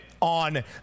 on